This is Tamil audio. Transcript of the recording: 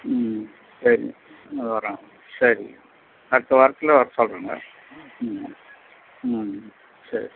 ம் சரிங்க வரேன் சரி அடுத்த வாரத்தில் வர சொல்கிறேங்க ம் ம் சரி